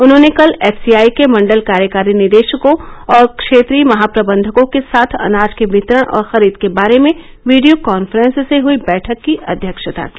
उन्होंने कल एफसीआई के मंडल कार्यकारी निदेशकों और क्षेत्रीय महाप्रबंधकों के साथ अनाज के वितरण और खरीद के बारे में वीडियो कांफ्रेंस से हुई बैठक की अध्यक्षता की